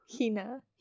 Hina